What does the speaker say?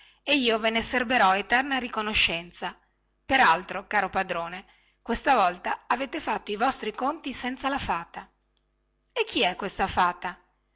e io ve ne serberò eterna riconoscenza per altro caro padrone questa volta avete fatto i vostri conti senza la fata e chi è questa fata